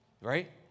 right